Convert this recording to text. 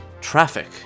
traffic